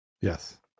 Yes